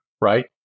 right